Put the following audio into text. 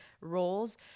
roles